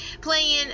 playing